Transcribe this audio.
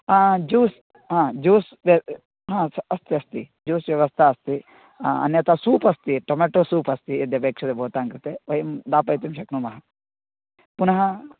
आम् जूस् हा जूस् वा हा अस्ति अस्ति जूस् व्यवस्था अस्ति अन्यथा सूपस्ति टोम्याटो सूपस्ति यद्यपेक्षते भवतां कृते वयं दापयितुं शक्नुमः पुनः